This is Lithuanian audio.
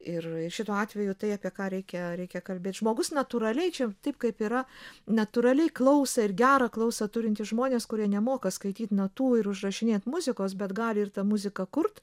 ir ir šituo atveju tai apie ką reikia reikia kalbėt žmogus natūraliai čia taip kaip yra natūraliai klausą ir gerą klausą turintys žmonės kurie nemoka skaityt natų ir užrašinėt muzikos bet gali ir tą muziką kurt